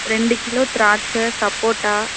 ரெண்டு கிலோ திராட்சை சப்போட்டா